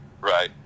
Right